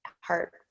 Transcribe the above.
heart